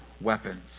weapons